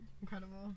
Incredible